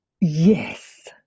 Yes